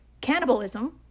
cannibalism